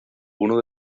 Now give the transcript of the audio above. uno